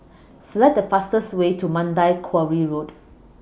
Select The fastest Way to Mandai Quarry Road